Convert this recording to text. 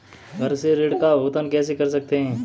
घर से ऋण का भुगतान कैसे कर सकते हैं?